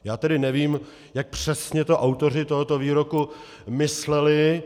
Já tedy nevím, jak přesně to autoři tohoto výroku mysleli.